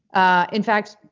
ah in fact,